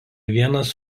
vienas